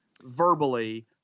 verbally